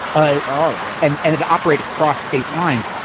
ah oh, yeah. and and it operate across state lines.